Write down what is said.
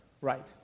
Right